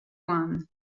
one